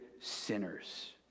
sinners